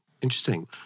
Interesting